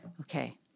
Okay